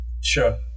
sure